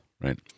right